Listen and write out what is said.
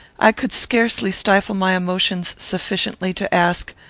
i could scarcely stifle my emotions sufficiently to ask,